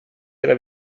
della